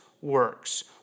works